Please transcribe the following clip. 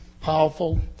powerful